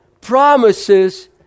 promises